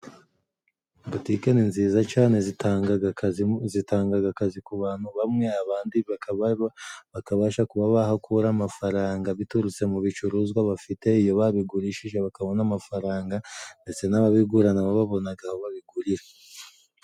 Butike ni nziza cane zitangaga akazi zitangaga akazi ku bantu hamwe, abandi bakaba ba bakabasha kuba bahakura amafaranga biturutse mu bicuruzwa bafite, iyo babigurishije bakabona amafaranga ndetse n'ababigura na bo babonaga aho babigurira.